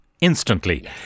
instantly